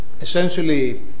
essentially